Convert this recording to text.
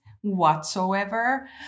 whatsoever